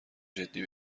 جدی